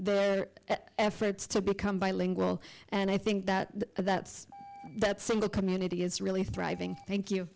the efforts to become bilingual and i think that that's the single community is really thriving thank you